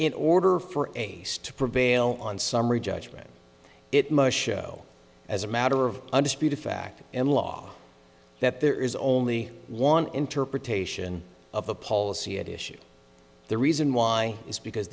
in order for a step or bail on summary judgment it must show as a matter of undisputed fact and law that there is only one interpretation of the policy at issue the reason why is because